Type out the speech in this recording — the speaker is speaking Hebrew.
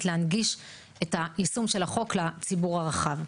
להנגיש את היישום של החוק לציבור הרחב.